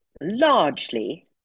largely